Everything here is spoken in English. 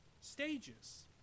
stages